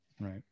Right